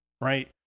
Right